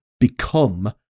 become